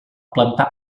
plantar